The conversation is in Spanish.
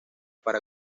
para